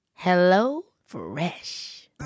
HelloFresh